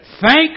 Thank